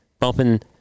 Bumping